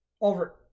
over